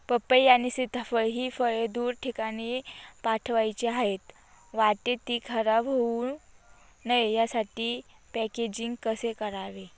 पपई आणि सीताफळ हि फळे दूर ठिकाणी पाठवायची आहेत, वाटेत ति खराब होऊ नये यासाठी पॅकेजिंग कसे करावे?